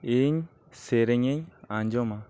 ᱤᱧ ᱥᱮᱨᱮᱧᱤᱧ ᱟᱸᱡᱚᱢᱟ